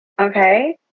okay